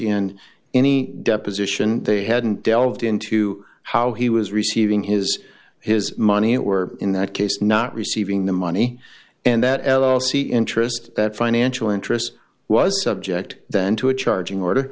in any deposition they hadn't delved into how he was receiving his his money or in that case not receiving the money and that l l c interest that financial interest was subject then to a charging order